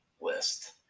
list